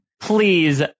please